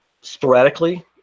sporadically